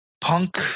Punk